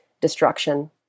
destruction